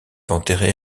enterré